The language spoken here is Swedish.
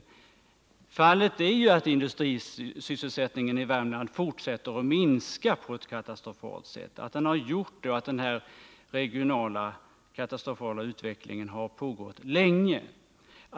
Det är ju faktiskt så att industrisysselsättningen i Värmland på ett katastrofalt sätt fortsätter att minska och att den här katastrofala regionala utvecklingen pågått länge.